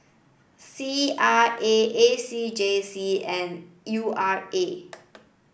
C R A A C J C and U R A